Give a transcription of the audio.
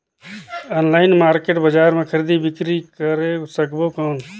Online market बजार मां खरीदी बीकरी करे सकबो कौन?